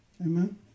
Amen